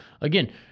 Again